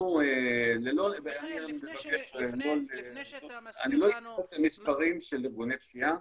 אני לא אקפוץ למספרים של ארגוני פשיעה,